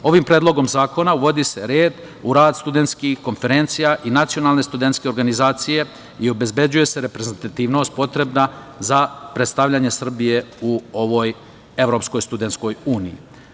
Ovim predlogom zakona uvodi se red u rad studentskih konferencija i nacionalne studentske organizacije i obezbeđuje se reprezentativnost potrebna za predstavljanje Srbije u ovoj Evropskoj studentskoj uniji.